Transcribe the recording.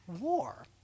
war